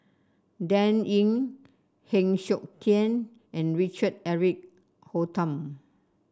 Dan Ying Heng Siok Tian and Richard Eric Holttum